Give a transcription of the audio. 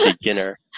beginner